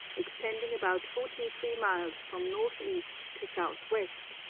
extending about forty-three miles from north-east to south-west,